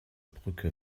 brücke